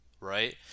right